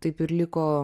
taip ir liko